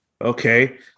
Okay